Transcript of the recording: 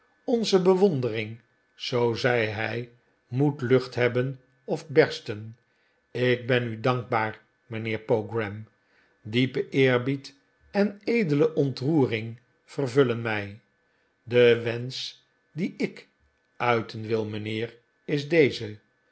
onze bewondering zoo zei hij moet lucht hebben of bersten ik ben u dankbaaj mijnheer pogram diepe eerbied en edele ontroering vervullen mij de wensch dien ik uiten wil mijnheer is deze